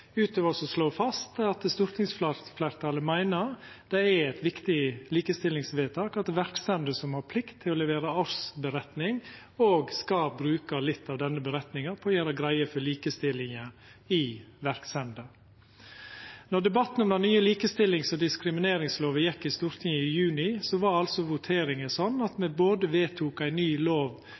utover å slå fast at stortingsfleirtalet meiner det er eit viktig likestillingstiltak at verksemder som har plikt til å levera årsmelding, òg skal bruka litt av denne meldinga på å gjera greie for likestillinga i verksemda. Då debatten om den nye likestillings- og diskrimineringslova gjekk i Stortinget i juni, var altså voteringa sånn at me vedtok både ei ny lov